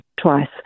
twice